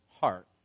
heart